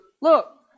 Look